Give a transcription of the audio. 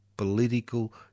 political